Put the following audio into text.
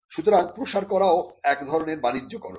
সুতরাং প্রসার করাও এক ধরনের বাণিজ্যকরণ